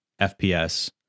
fps